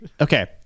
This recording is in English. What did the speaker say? okay